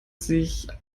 sich